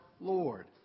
Lord